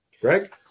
Greg